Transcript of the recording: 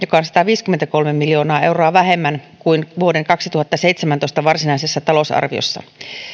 joka on sataviisikymmentäkolme miljoonaa euroa vähemmän kuin vuoden kaksituhattaseitsemäntoista varsinaisessa talousarviossa